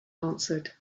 answered